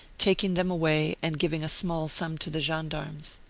taking them away and giving a small sum to the gendarmes.